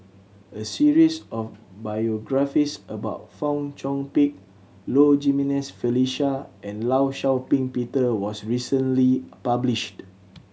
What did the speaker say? a series of biographies about Fong Chong Pik Low Jimenez Felicia and Law Shau Ping Peter was recently published